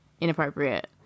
inappropriate